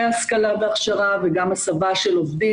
השכלה והכשרה וגם הסבה של עובדים,